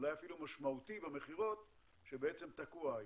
אולי אפילו משמעותי במכירות שתקוע היום.